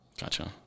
Gotcha